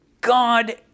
God